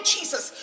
Jesus